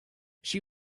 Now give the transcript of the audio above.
she